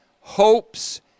hopes